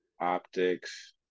optics